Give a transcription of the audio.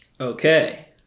okay